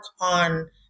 on